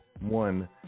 one